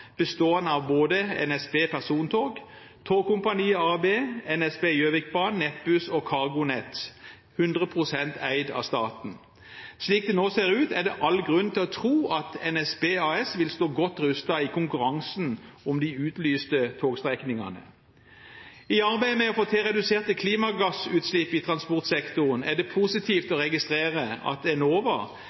bestående av både NSB persontog, Tågkompaniet AB, NSB Gjøvikbanen, Nettbuss og CargoNet, 100 pst. eid av staten. Slik det nå ser ut, er det all grunn til å tro at NSB AS vil stå godt rustet i konkurransen om de utlyste togstrekningene. I arbeidet med å få til reduserte klimagassutslipp i transportsektoren er det positivt å registrere at Enova,